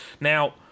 Now